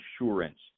insurance